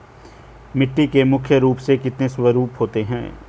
मिट्टी के मुख्य रूप से कितने स्वरूप होते हैं?